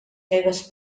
meves